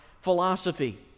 philosophy